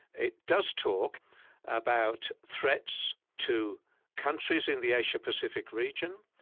it does talk about threats to countries in the asia pacific region,